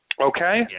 Okay